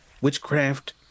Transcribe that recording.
witchcraft